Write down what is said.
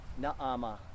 Naama